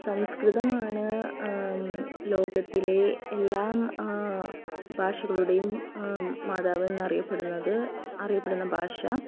സംസ്കൃതം ആണ് ലോകത്തിലെ എല്ലാം ഭാഷകളുടേയും മാതാവ് എന്ന് അറിയപ്പെടുന്നത് അറിയപ്പെടുന്ന ഭാഷ